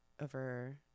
over